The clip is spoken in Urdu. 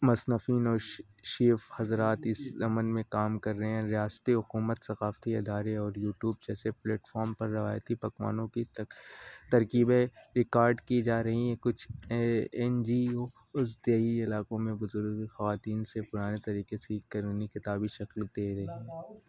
مصنفین اور شیف حضرات اس ضمن میں کام کر رہے ہیں ریاستی حکومت ثقافتی ادارے اور یوٹیوب جیسے پلیٹ فارام پر روایتی پکوانوں کی ترکیبیں ریکارڈ کی جا رہی ہیں کچھ این جیو اس دیہی علاقوں میں بزرگ خواتین سے پرانے طریقے سیکھ کر انہیں کتابی شکل دے رہی ہیں